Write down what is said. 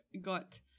got